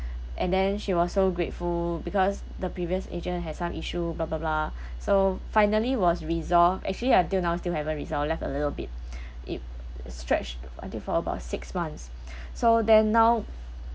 and then she was so grateful because the previous agent has some issue blah blah blah so finally was resolved actually until now still haven't resolved left a little bit it stretched until for about six months so then now